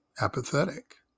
apathetic